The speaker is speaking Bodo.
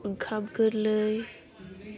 ओंखाम गोरलै